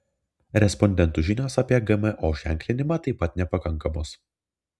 respondentų žinios apie gmo ženklinimą taip pat nepakankamos